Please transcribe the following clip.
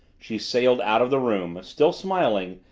she sailed out of the room, still smiling,